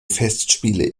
festspiele